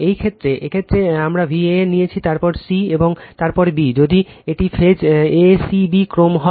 এই ক্ষেত্রে এই ক্ষেত্রে আমরা ভ্যান নিয়েছি তারপর c এবং তারপর b যদি এটি ফেজ a c b ক্রম হয়